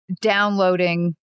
downloading